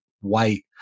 white